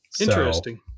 Interesting